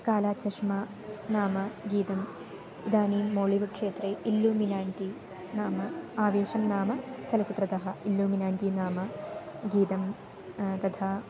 कालाचश्मा नाम गीतम् इदानीं मोलिवुड् क्षेत्रे इल्लूमिनान्टी नाम आवेषं नाम चलच्चित्रतः इल्लूमिनान्टी नाम गीतं तथा